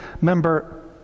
member